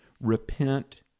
repent